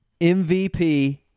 MVP